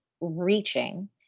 reaching